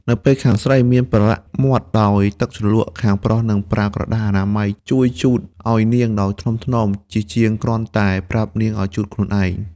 នៅពេលខាងស្រីមានប្រឡាក់មាត់ដោយទឹកជ្រលក់ ខាងប្រុសនឹងប្រើក្រដាសអនាម័យជួយជូតឱ្យនាងដោយថ្នមៗ ជាជាងគ្រាន់តែប្រាប់ឱ្យនាងជូតខ្លួនឯង។